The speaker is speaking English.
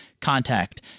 contact